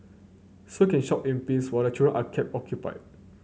so you can shop in peace while the children are kept occupied